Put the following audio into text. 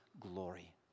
glory